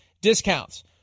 discounts